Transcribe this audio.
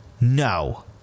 no